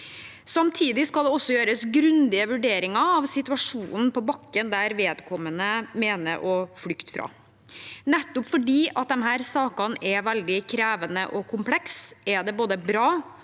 Samtidig skal det også gjøres grundige vurderinger av situasjonen på bakken der vedkommende mener å flykte fra. Nettopp fordi disse sakene er veldig krevende og komplekse, er det både bra